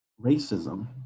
racism